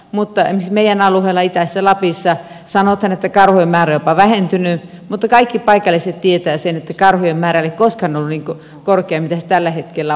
mutta esimerkiksi meidän alueella itäisessä lapissa sanotaan että karhujen määrä on jopa vähentynyt mutta kaikki paikalliset tietävät sen että karhujen määrä ei ole koskaan ollut niin korkea kuin se tällä hetkellä on